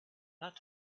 not